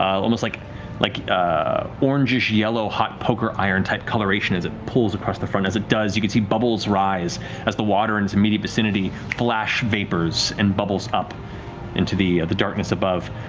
almost like like ah orange-ish yellow hot poker iron type coloration as it pulls across the front. as it does, you can see bubbles rise as the water in its immediate vicinity flash vapors and bubbles up into the the darkness above.